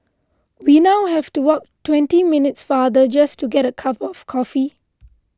we now have to walk twenty minutes farther just to get a cup of coffee